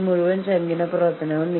നമുക്ക് ചില സംഖ്യകൾ നോക്കാം